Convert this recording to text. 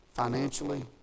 Financially